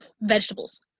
vegetables